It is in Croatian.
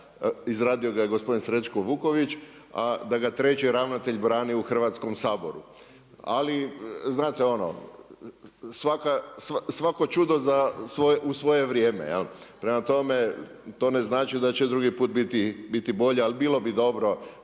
izradio ga je gospodin Srećko Vuković, a da ga treći ravnatelj brani u Hrvatskom saboru. Ali znate ono „svako čudo u svoje vrijeme“, prema tome to ne znači da će drugi put biti bolja, ali bilo bi dobro